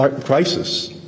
crisis